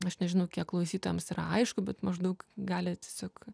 aš nežinau kiek klausytojams yra aišku bet maždaug gali tiesiog